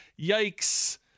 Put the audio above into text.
yikes